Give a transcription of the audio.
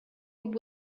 would